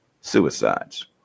suicides